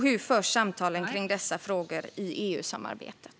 Hur förs samtalen kring dessa frågor i EU-samarbetet?